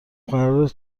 قرارت